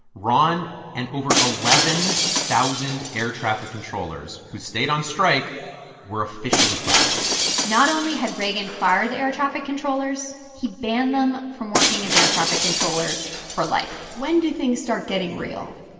ron and over eleven thousand air traffic controllers who stayed on strike were officially fired not only had reagan fired the air traffic controllers, he banned them from working as air traffic controllers for life when do things start getting real?